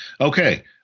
Okay